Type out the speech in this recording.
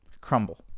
crumble